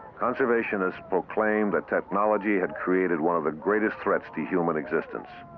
conservationists proclaimed technology had created one of the greatest threats to human existence.